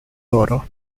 oro